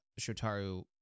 Shotaro